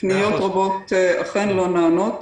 פניות רבות אכן לא נענות,